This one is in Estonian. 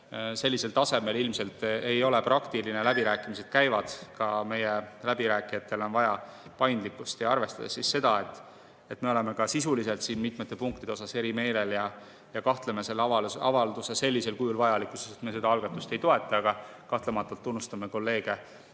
sellisel tasemel, ilmselt ei ole praktiline. Läbirääkimised käivad. Ka meie läbirääkijatel on vaja paindlikkust. Arvestades seda, et me oleme sisuliselt siin mitmete punktide puhul eri meelel ja kahtleme selle avalduse vajalikkuses sellisel kujul, me seda algatust ei toeta, aga kahtlematult tunnustame kolleege